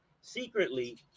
secretly